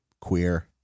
queer